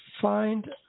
find